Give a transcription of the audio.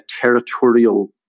territorial